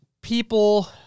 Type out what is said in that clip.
people